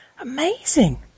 amazing